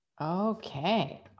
Okay